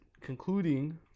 concluding